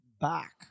back